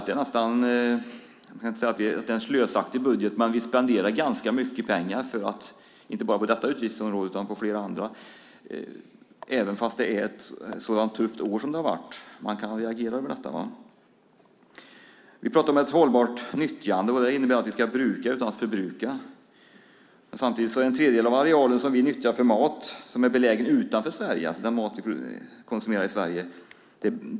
Det är inte en slösaktig budget, men vi spenderar ganska mycket pengar - inte bara på detta utgiftsområde utan på flera andra - fast det är ett så tufft år som det är. Man kan reagera över detta. Vi pratar om ett hållbart nyttjande. Det innebär att vi ska bruka utan att förbruka. Samtidigt är en tredjedel av arealen som vi nyttjar för mat belägen utanför Sverige.